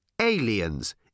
Aliens